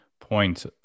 Point